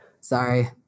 Sorry